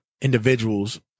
individuals